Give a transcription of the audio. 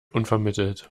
unvermittelt